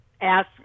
Ask